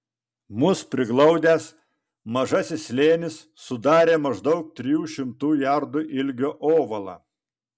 mus priglaudęs mažasis slėnis sudarė maždaug trijų šimtų jardų ilgio ovalą